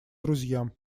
друзьям